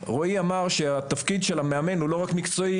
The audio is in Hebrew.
רועי אמר שהתפקיד של המאמן הוא לא רק מקצועי,